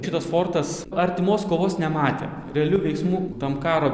kitas fortas artimos kovos nematę realių veiksmų tam karo